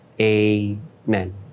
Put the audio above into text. Amen